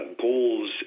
goals